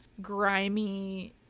grimy